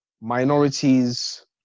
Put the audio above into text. minorities